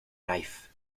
knife